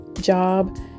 job